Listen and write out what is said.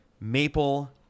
maple